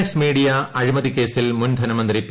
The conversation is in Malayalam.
എക്സ് മീഡിയ അഴിമതി കേസിൽ മുൻ ധനമന്ത്രി പി